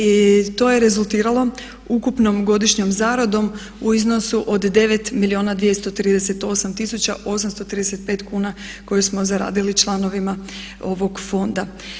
I to je rezultiralo ukupnom godišnjom zaradom u iznosu od 9 milijuna 238 tisuća 835 kuna koje smo zaradili članovima ovog fonda.